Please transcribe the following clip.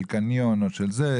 של קניון או של זה,